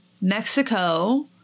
Mexico